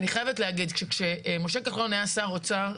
אני חייבת להגיד שכשמשה כחלון היה שר אוצר,